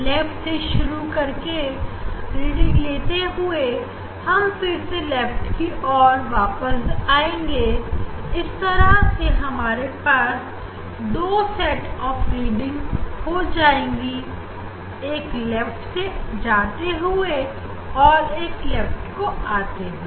left से शुरू करके रीडिंग लेते लेते हम फिर से लेफ्ट की तरफ वापस आएंगे इस तरह से हमारे पास दो सेट ऑफ रीडिंग हो जाएंगी एक लेफ्ट से जाते हुए और एक लेफ्ट को आते हुए